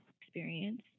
experience